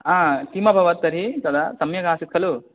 हा किम् अभवत् तर्हि तदा सम्यक् आसीत् खलु